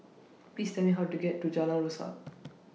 Please Tell Me How to get to Jalan Rasok